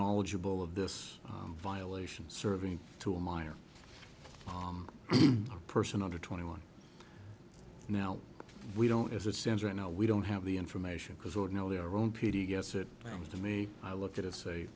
knowledgeable of this violation serving to a minor person under twenty one now we don't as it stands right now we don't have the information because ordinarily our own p d gets it sounds to me i look at it say